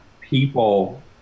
people